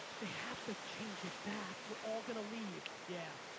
they have to change it back, we're all gonna leave. yeah.